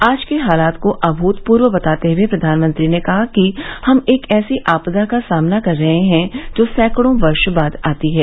आज के हालात को अभूतपूर्व बताते हए प्रधानमंत्री ने कहा कि हम एक ऐसी आपदा का सामना कर रहे हैं जो सैकडों वर्षो बाद आती है